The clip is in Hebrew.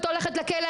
את הולכת לכלא,